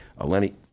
Lenny